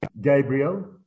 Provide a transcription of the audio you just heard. Gabriel